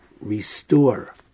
restore